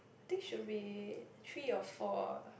I think should be three or four ah